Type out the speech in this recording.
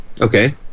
okay